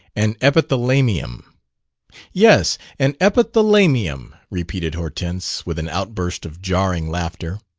an epithala-mium. yes, an epithala-mium! repeated hortense, with an outburst of jarring laughter.